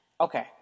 Okay